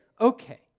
okay